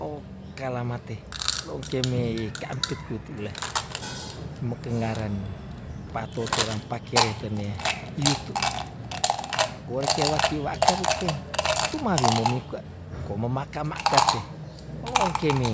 Okalah mate lo ong ke me ka ampit kuti la, imeke ngaren empa to toram pakere tenea iutu, koe re ke wa kiwa aka rekeng tu mawi mo me kwa kome ma ka ma ka te lo ong ke me